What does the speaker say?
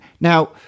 Now